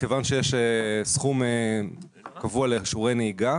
כיוון שיש סכום קבוע לשיעורי נהיגה,